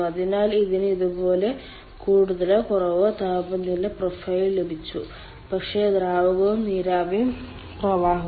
അതിനാൽ ഇതിന് ഇതുപോലെ കൂടുതലോ കുറവോ താപനില പ്രൊഫൈൽ ലഭിച്ചു പക്ഷേ ദ്രാവകവും നീരാവി പ്രവാഹവും